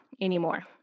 anymore